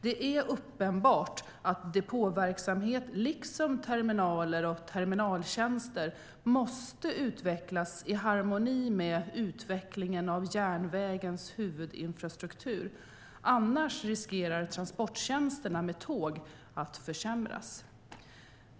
Det är uppenbart att depåverksamhet liksom terminaler och terminaltjänster måste utvecklas i harmoni med utvecklingen av järnvägens huvudinfrastruktur. Annars riskerar transporttjänsterna med tåg att försämras.